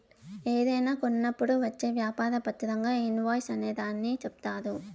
ఏదైనా కొన్నప్పుడు వచ్చే వ్యాపార పత్రంగా ఇన్ వాయిస్ అనే దాన్ని చెప్తారు